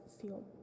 feel